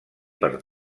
per